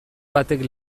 batek